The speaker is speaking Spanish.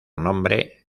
nombre